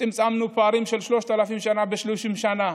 צמצמנו פערים של 3,000 שנה ב-30 שנה.